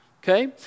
okay